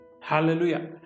Hallelujah